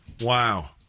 Wow